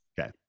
okay